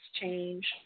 change